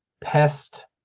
pest